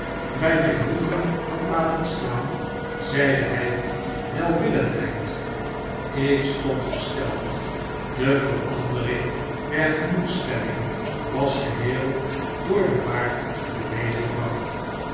bij mtjn boeken nad laten staan zeide hjj weiwillendheid ik stond versteld de verandering der gemoedsstemming was geheel door den baard teweeggebracht